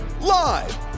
live